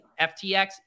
FTX